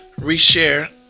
reshare